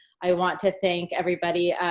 i want to thank everybody.